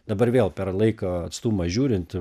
dabar vėl per laiko atstumą žiūrint